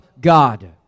God